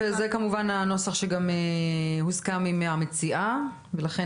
וזה כמובן הנוסח שגם הוסכם עם המציעה ולכן